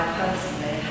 personally